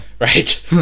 right